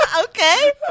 Okay